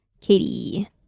Katie